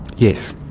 yes.